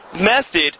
method